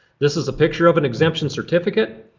this is a picture of an exemption certificate.